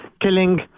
killing